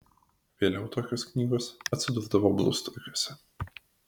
vėliau tokios knygos atsidurdavo blusturgiuose